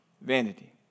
vanity